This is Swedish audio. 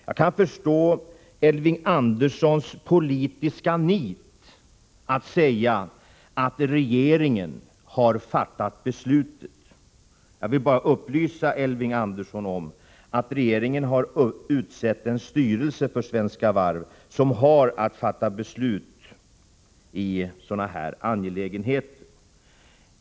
Jag kan förstå Elving Anderssons politiska nit när han säger att det är regeringen som har fattat beslutet, men jag vill upplysa honom om att regeringen har utsett en styrelse för Svenska Varv som har att fatta beslut i sådana här angelägenheter.